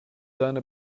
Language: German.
deine